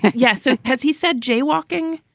and yes. ah has he said jaywalking?